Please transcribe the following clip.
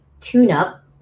tune-up